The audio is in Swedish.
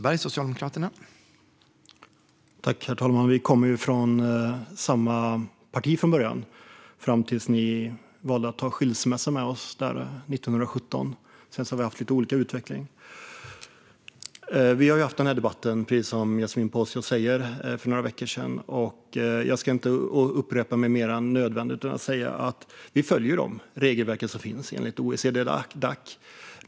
Herr talman! Yasmine Posio och jag kommer ju från början från samma parti, men 1917 valde de att ta ut skilsmässa från oss. Sedan har partierna haft lite olika utveckling. Precis som Yasmine Posio sa hade vi den här debatten för några veckor sedan, och jag ska inte upprepa mig mer än nödvändigt. Vi följer de regelverk som finns enligt OECD-Dac.